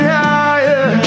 higher